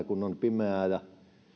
kun on pimeää ja